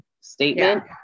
statement